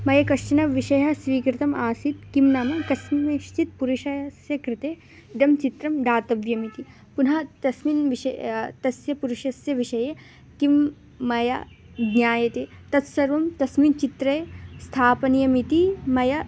मया कश्चनः विषयः स्वीकृतम् आसीत् किं नाम कस्मिंश्चित् पुरुषस्य कृते इदं चित्रं दातव्यम् इति पुनः तस्मिन् विषयस्य पुरुषस्य विषये किं मया ज्ञायते तत् सर्वं तस्मिन् चित्रे स्थापनीयम् इति मया